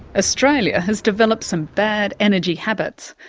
australia has developed some bad energy habits.